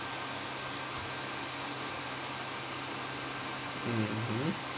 mmhmm